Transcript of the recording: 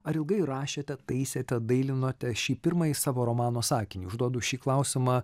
ar ilgai rašėte taisėte dailinote šį pirmąjį savo romano sakinį užduodu šį klausimą